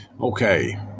Okay